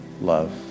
love